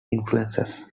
influences